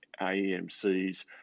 AEMC's